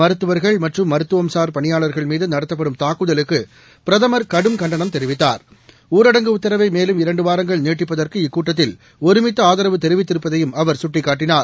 மருத்துவர்கள் மற்றும் மருத்துவம்சார் பனியாளர்கள் மீதுடத்தப்படும் தாக்குதலுக்குபிரதமர் கடும் கண்டனம் தெரிவித்தார் ஊரடங்கு உத்தரவைமேலும் இரண்டுவாரங்கள் நீட்டிப்பதற்கு இக்கூட்டத்தில் ஒருமித்தஆதாவு தெரிவித்திருப்பதையும் அவர் சுட்டிக்காட்டினார்